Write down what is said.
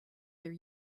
their